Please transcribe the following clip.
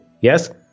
Yes